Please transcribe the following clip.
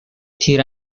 تیر